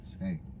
Hey